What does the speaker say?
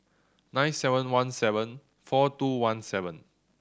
nine seven one seven four two one seven